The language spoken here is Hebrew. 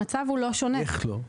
איך לא?